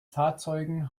fahrzeugen